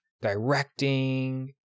directing